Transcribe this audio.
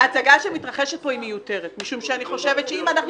ההצגה שמתרחשת פה היא מיותרת משום שאני חושבת שאם היינו